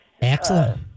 Excellent